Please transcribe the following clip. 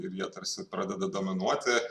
ir jie tarsi pradeda dominuoti